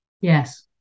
Yes